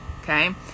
okay